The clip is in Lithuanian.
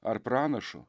ar pranašo